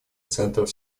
центров